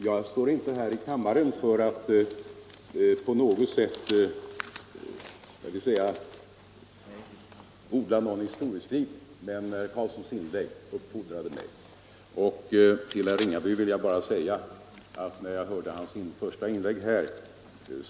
Jag står inte här i kammaren för att på något sätt odla historieskrivning, men herr Carlssons inlägg uppfordrade mig. Till herr Ringaby vill jag bara säga att jag kan förstå hans första inlägg.